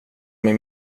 mig